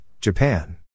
Japan